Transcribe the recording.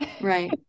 Right